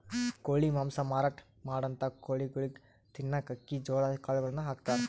ಕೋಳಿ ಮಾಂಸ ಮಾರಾಟ್ ಮಾಡಂಥ ಕೋಳಿಗೊಳಿಗ್ ತಿನ್ನಕ್ಕ್ ಅಕ್ಕಿ ಜೋಳಾ ಕಾಳುಗಳನ್ನ ಹಾಕ್ತಾರ್